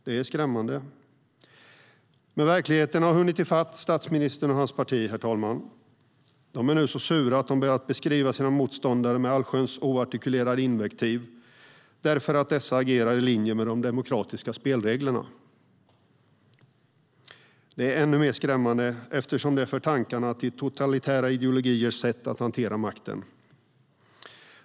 Det är skrämmande. Men verkligheten har hunnit ifatt statsministern och hans parti, herr talman. De är nu så sura att de börjat beskriva sina motståndare med allsköns oartikulerade invektiv, därför att dessa agerar i linje med de demokratiska spelreglerna. Det är ännu mer skrämmande, eftersom det för tankarna till totalitära ideologiers sätt att hantera makten.